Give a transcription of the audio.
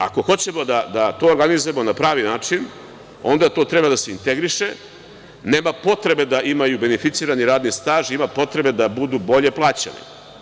Ako hoćemo da to organizujemo na pravi način, onda to treba da se integriše, nema potrebe da imaju beneficirani radni staž, ima potrebe da budu bolje plaćeni.